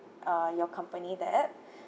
uh your company that